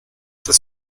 des